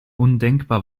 undenkbar